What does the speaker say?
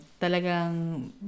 talagang